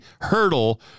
hurdle